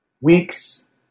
Weeks